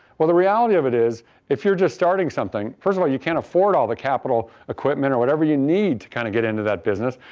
well, the reality of it is if you're just starting something, first of all you can't afford all the capital equipment or whatever you need to kind of get into that business,